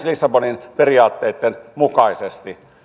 lissabonin periaatteitten mukaisesti